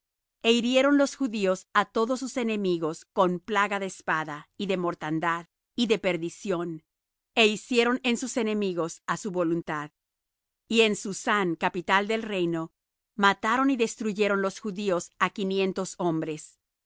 e hirieron los judíos á todos sus enemigos con plaga de espada y de mortandad y de perdición é hicieron en sus enemigos á su voluntad y en susán capital del reino mataron y destruyeron los judíos á quinientos hombres